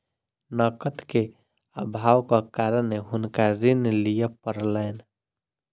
नकद के अभावक कारणेँ हुनका ऋण लिअ पड़लैन